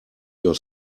your